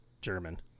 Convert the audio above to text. german